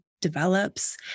develops